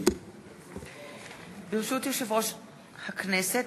ברשות יושב-ראש הכנסת,